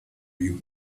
you